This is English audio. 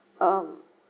um